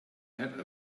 had